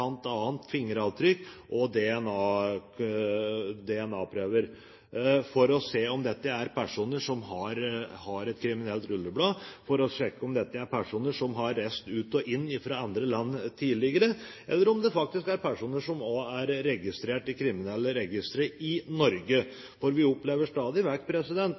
fingeravtrykk og DNA-prøver, for å se om dette er personer som har et kriminelt rulleblad, for å sjekke om dette er personer som har reist ut og inn fra andre land tidligere, eller om det faktisk er personer som også er registrert i kriminelle registre i Norge. Vi opplever stadig